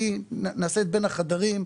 היא נעשית בחדרים,